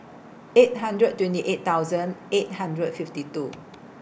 eight hundred twenty eight thousand eight hundred and fifty two